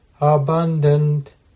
abundant